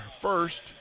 first